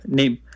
name